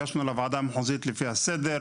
הגשנו לוועדה המחוזית לפי הסדר.